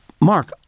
Mark